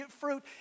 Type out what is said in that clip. fruit